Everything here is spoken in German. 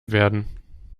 werden